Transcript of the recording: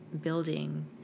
building